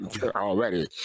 already